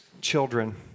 children